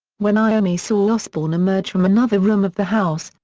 when iommi saw osbourne emerge from another room of the house,